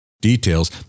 details